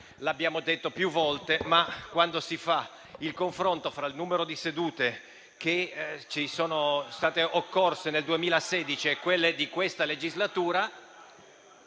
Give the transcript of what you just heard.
abbiamo detto più volte, che quando si fa il confronto fra il numero di sedute occorse nel 2016 e quelle di questa legislatura...